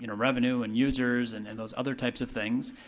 you know revenue and users and and those other types of things.